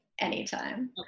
anytime